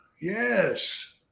Yes